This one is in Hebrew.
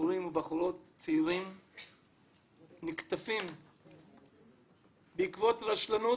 בחורות צעירות ובחור צעיר נקטפים בעקבות רשלנות,